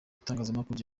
igitangazamakuru